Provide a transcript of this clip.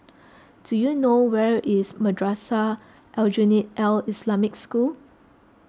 do you know where is Madrasah Aljunied Al Islamic School